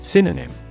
Synonym